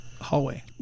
hallway